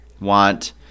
want